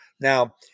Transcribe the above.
Now